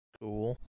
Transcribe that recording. cool